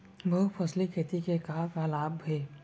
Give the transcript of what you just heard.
बहुफसली खेती के का का लाभ हे?